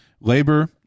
Labor